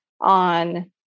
on